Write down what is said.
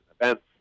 events